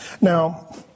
Now